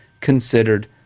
considered